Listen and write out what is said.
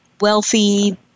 wealthy